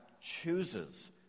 chooses